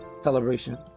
celebration